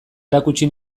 erakutsi